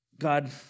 God